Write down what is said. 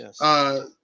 yes